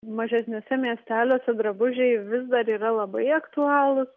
mažesniuose miesteliuose drabužiai vis dar yra labai aktualūs